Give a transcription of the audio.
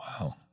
Wow